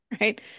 right